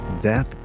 death